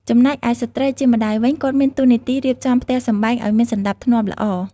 ចំណែកឯស្ត្រីជាម្តាយវិញ គាត់មានតួនាទីរៀបចំផ្ទះសម្បែងឲ្យមានសណ្តាប់ធ្នាប់ល្អ។